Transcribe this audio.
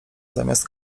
zamiast